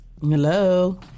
hello